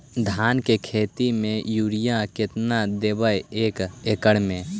धान के खेत में युरिया केतना देबै एक एकड़ में?